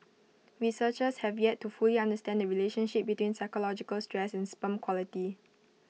researchers have yet to fully understand the relationship between psychological stress and sperm quality